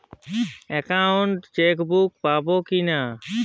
Account chequebook পাবো কি না?